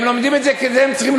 הם לומדים את זה כי את זה הם צריכים,